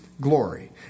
glory